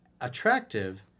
attractive